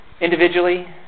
Individually